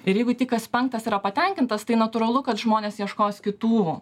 ir jeigu tik kas penktas yra patenkintas tai natūralu kad žmonės ieškos kitų